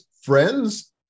friends